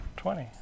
Twenty